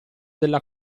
della